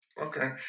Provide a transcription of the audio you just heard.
Okay